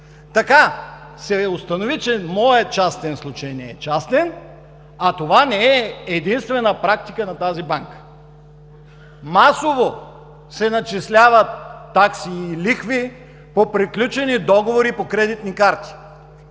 сума. Установи се, че моят частен случай не е частен, а това не е единствена практика на тази банка. Масово се начисляват такси и лихви по приключени договори и кредитни карти.